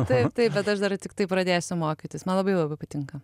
taip taip bet aš dar tiktai pradėsiu mokytis man labai labai patinka